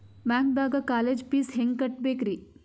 ಬ್ಯಾಂಕ್ದಾಗ college fees ಹೆಂಗ್ ಕಟ್ಟ್ಬೇಕ್ರಿ?